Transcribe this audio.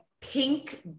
pink